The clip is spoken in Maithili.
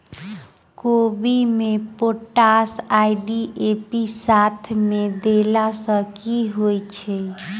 कोबी मे पोटाश आ डी.ए.पी साथ मे देला सऽ की होइ छै?